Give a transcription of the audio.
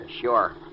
Sure